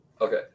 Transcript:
Okay